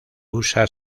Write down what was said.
usa